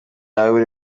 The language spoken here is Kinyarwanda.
yawe